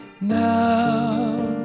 now